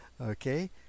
Okay